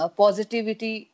positivity